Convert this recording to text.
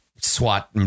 Swat